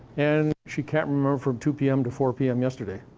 and she can't remember from two pm to four pm yesterday,